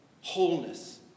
wholeness